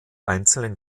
einzelnen